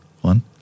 One